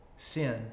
Sin